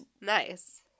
nice